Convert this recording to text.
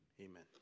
Amen